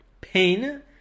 pain